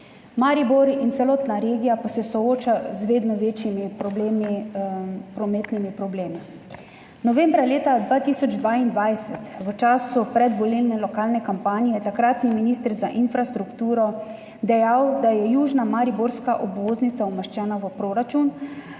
Maribor in celotna regija pa se sooča z vedno večjimi prometnimi problemi. Novembra leta 2022, v času predvolilne lokalne kampanje, je takratni minister za infrastrukturo dejal, da je južna mariborska obvoznica umeščena v proračun